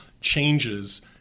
changes